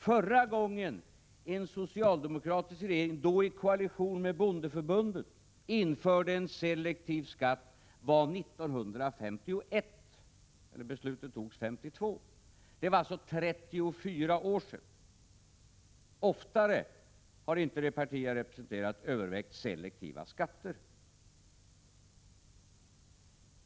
Förra gången en socialdemokratisk regering, då i koalition med bondeförbundet, införde en selektiv skatt var 1951 — beslutet togs 1952. Det är alltså 34 år sedan. Oftare än så har inte det parti jag representerar övervägt selektiva skatter.